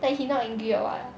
then he not angry at all ah